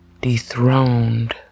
dethroned